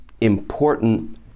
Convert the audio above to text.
important